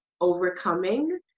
overcoming